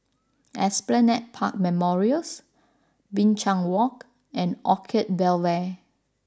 Esplanade Park Memorials Binchang Walk and Orchard Bel Air